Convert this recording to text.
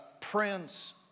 Prince